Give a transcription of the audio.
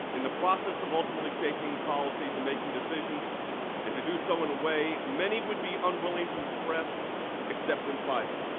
in the process of ultimately shaping policy to make and decisions and to do so in a way that many would be unwilling to express except in private.